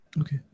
Okay